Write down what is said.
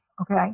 okay